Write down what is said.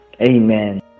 Amen